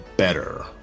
better